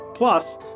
Plus